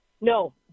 No